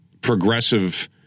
progressive